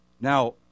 Now